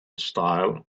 style